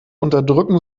unterdrücken